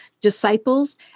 disciples